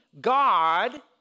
God